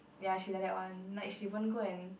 ya she like that one like she won't go and